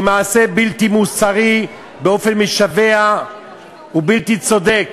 היא מעשה בלתי מוסרי באופן משווע ובלתי צודק.